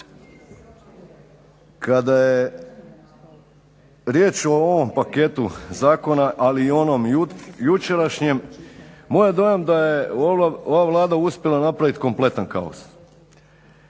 Kada je riječ o ovom paketu zakona, ali i onom jučerašnjem moj je dojam da je ova Vlada uspjela napraviti kompletan kaos.